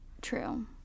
true